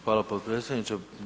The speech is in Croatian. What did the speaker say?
Hvala potpredsjedniče.